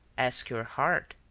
ask your heart,